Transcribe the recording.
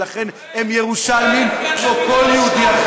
ולכן הם ירושלמים כמו כל יהודי.